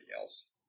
else